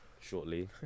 shortly